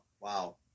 wow